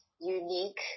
unique